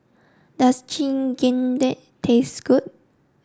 does Chigenabe taste good